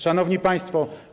Szanowni Państwo!